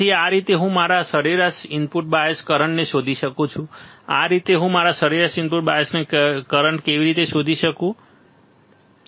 તેથી આ રીતે હું મારા સરેરાશ ઇનપુટ બાયઝ કરંટને શોધી શકું છું આ રીતે હું મારા સરેરાશ ઇનપુટ બાયઝને કેવી રીતે શોધી શકું બરાબર